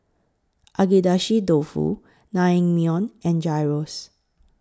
Agedashi Dofu Naengmyeon and Gyros